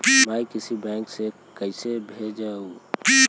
मैं किसी बैंक से कैसे भेजेऊ